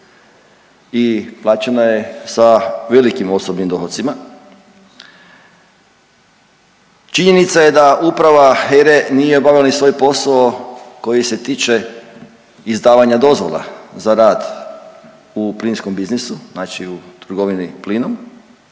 I plaćena je sa velikim osobnim dohotcima. Činjenica je da Uprava HERA-e nije obavila ni svoj posao koji se tiče izdavanja dozvola za rad u plinskom biznisu, znači u trgovini plinom.